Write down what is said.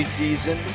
season